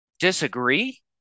Disagree